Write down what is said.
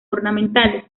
ornamentales